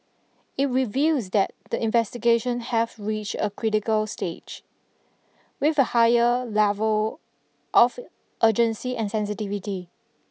it reveals that the investigations have reached a critical stage with a higher level of urgency and sensitivity